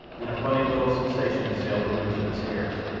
and a funny little sensation assailed the roots of his hairs.